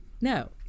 No